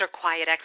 quiet